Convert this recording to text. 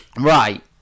Right